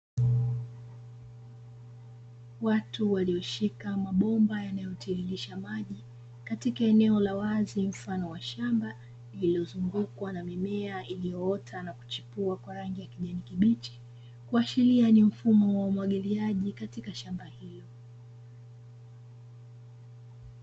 Watu walioshika mabomba yanayo tiririsha maji katika eneo la wazi mfano wa shamba, lililozungukwa na mimea iliyoota na kuchipua kwa rangi ya kijani kibichi, kuashiria ni mfumo wa umwagiliaji katika shamba hilo.